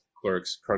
clerks